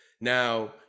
now